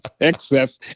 Excess